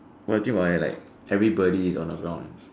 or you think about it like everybody is on the ground